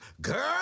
girl